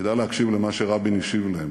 כדאי להקשיב למה שרבין השיב להם: